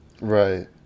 Right